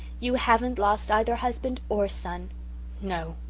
you haven't lost either husband or son no,